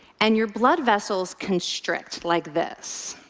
and your blood vessels constrict like this.